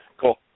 Cool